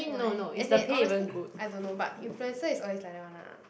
why as in honestly I don't know but influencer is also like that [one] lah